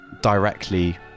directly